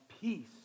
Peace